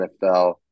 NFL